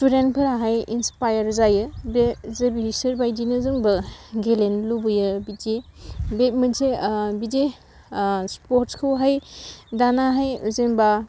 सिथुदेन्टफोराहाय इन्सफाइयार जायो बे बिसोरबायदिनो जोंबो गेलेनो लुबैयो बिदि बे मोनसे बिदि सिपर्दखौहाय दानाहाय जेनोबा